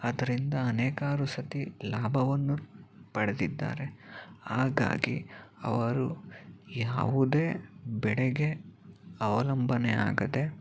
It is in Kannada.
ಅದರಿಂದ ಅನೇಕಾರು ಸರ್ತಿ ಲಾಭವನ್ನು ಪಡೆದಿದ್ದಾರೆ ಹಾಗಾಗಿ ಅವರು ಯಾವುದೇ ಬೆಳೆಗೆ ಅವಲಂಬನೆಯಾಗದೆ